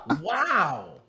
Wow